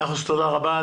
תודה רבה.